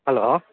hello